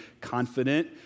confident